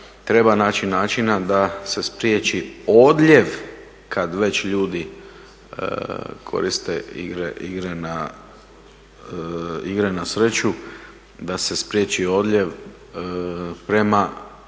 treba naći načina da se spriječi odljev kad već ljudi koriste igre na sreću da se spriječi odljev